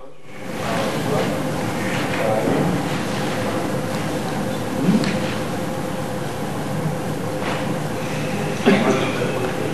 ההצעה להעביר את הנושא לוועדת הכלכלה נתקבלה.